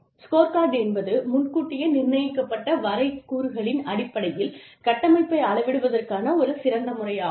scorecard என்பது முன்கூட்டியே நிர்ணயிக்கப்பட்ட வரைகூறுகளின்ன் அடிப்படையில் கட்டமைப்பை அளவிடுவதற்கான ஒரு சிறந்த முறையாகும்